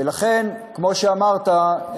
ולכן, כמו שאמרת,